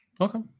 Okay